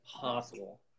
possible